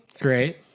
Great